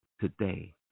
today